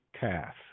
calf